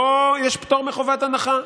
פה יש פטור מחובת הנחה.